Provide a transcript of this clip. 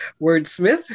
wordsmith